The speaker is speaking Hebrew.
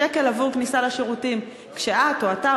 שקל עבור כניסה לשירותים כשאת או אתה,